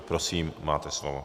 Prosím, máte slovo.